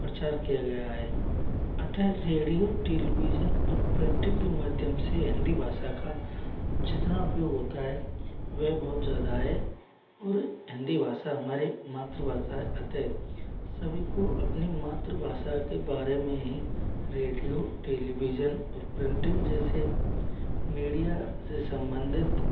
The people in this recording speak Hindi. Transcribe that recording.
प्रचार किया गया है अतः रेडियो टेलीविजन और प्रिंटिंग के माध्यम से हिंदी भाषा का जितना उपयोग होता है वह बहुत ज़्यादा है और हिंदी भाषा हमारी मातृ भाषा है अतः सभी को अपनी मातृभाषा के बारे में ही रेडियो टेलीविजन और प्रिंटिंग जैसे मीडिया से संबंधित